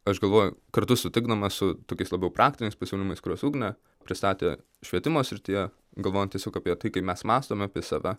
aš galvoju kartu sutikdamas su tokiais labiau praktiniais pasiūlymais kuriuos ugnė pristatė švietimo srityje galvojant tiesiog apie tai kaip mes mąstome apie save